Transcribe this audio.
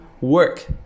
work